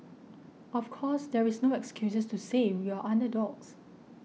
of course there is no excuses to say we are underdogs